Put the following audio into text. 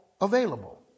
available